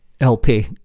lp